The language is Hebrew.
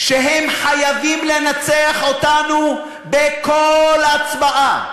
שהם חייבים לנצח אותנו בכל הצבעה.